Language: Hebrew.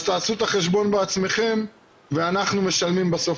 אז תעשו את החשבון בעצמכם ואנחנו משלמים בסוף